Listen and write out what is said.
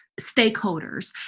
stakeholders